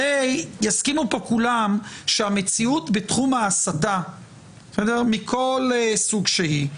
הרי יסכימו פה כולם שהמציאות בתחום ההסתה מכל סוג שהיא,